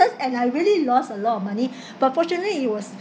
and I really lost a lot of money but fortunately it was